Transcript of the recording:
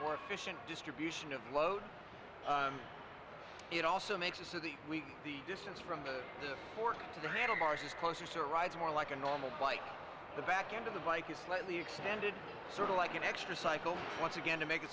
more efficient distribution of load it also makes it so that we the distance from the fork to the handlebars is closer rides more like a normal bite the back end of the bike is slightly extended sort of like an extra cycle once again to make it